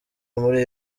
muri